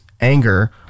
anger